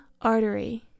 artery